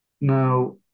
Now